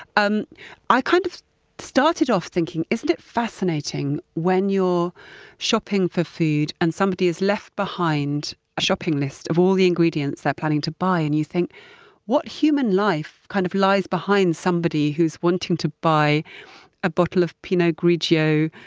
um i kind of started off thinking, isn't it fascinating when you're shopping for food and somebody has left behind a shopping list of all the ingredients they're planning to buy, and you think what human life kind of lies behind somebody who's wanting to buy a bottle of pinot grigio,